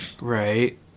Right